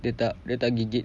dia tak dia tak gigit